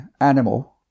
animal